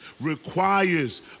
requires